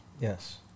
Yes